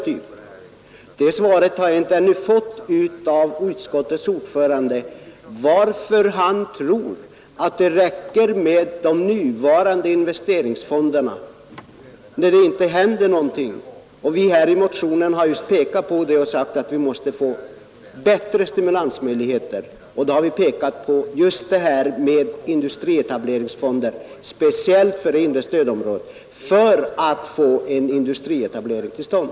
Utskottets ordförande har ännu inte svarat på frågan varför han tror att det räcker med de nuvarande investeringsfonderna. Vårt förslag med industrietableringsfonder speciellt för det inre stödområdet skulle ge ett bättre resultat.